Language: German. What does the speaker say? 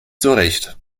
zurecht